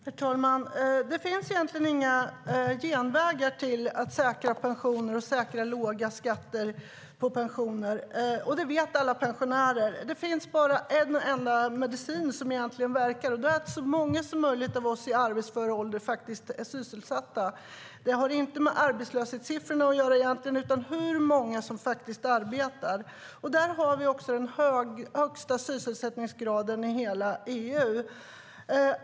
Herr talman! Det finns egentligen inte några genvägar till att säkra pensioner och låga skatter på pensioner. Det vet alla pensionärer. Det finns bara en enda medicin som verkar. Det är att så många som möjligt av oss i arbetsför ålder är sysselsatta. Det har inte med arbetslöshetssiffrorna att göra utan hur många som arbetar. Där har vi den högsta sysselsättningsgraden i hela EU.